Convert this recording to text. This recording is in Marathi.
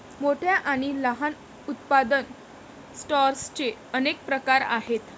मोठ्या आणि लहान उत्पादन सॉर्टर्सचे अनेक प्रकार आहेत